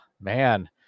man